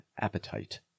appetite